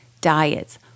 diets